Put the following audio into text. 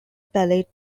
ballet